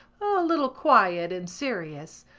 a little quiet and serious,